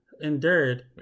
endured